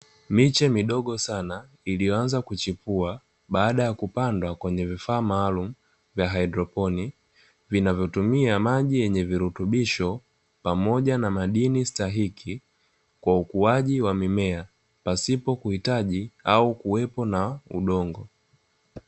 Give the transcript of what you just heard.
Miche midogo sana iliyoanza kuchipua baada ya kupandwa kwenye vifaa maalumu vya Haidroponi, vinavyotumia maji yenye virutubisho pamoja na madini stahiki kwa ukuaji wa mimea pasipo kuhitaji au kuwepo na udongo.